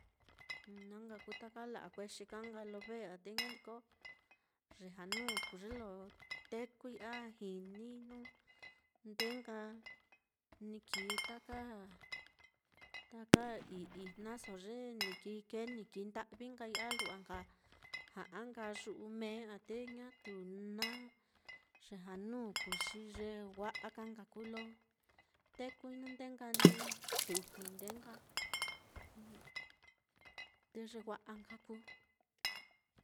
Na nkakuu ka nka ta la'a kuexi ka nka lo ve á, te ña liko ye janú kuu ye lo tekui a jinii jnu ndee nka ni kii taka ii-ijnaso ye ni kii kee ni kii nda'vii nkai a lu'wa nka ja'a nka yu'u mee á, te ñatu na ye janú kuu xi ye wa'a ka nka kuu lo tekui jnu ndee nka ni tujui ndee nka, te ye wa'a nka kuu.